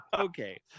Okay